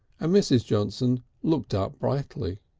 and mrs. johnson looked up brightly.